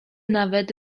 nawet